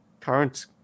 current